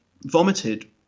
vomited